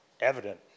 evident